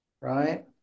right